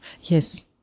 Yes